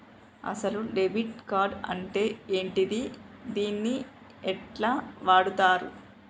అసలు debit card అంటే ఏంటిది? దీన్ని ఎట్ల వాడుతరు?